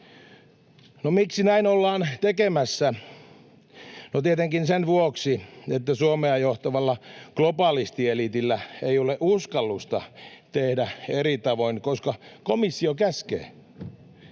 miksi näin ollaan tekemässä? No tietenkin sen vuoksi, että Suomea johtavalla globalistieliitillä ei ole uskallusta tehdä eri tavoin, koska komissio käskee.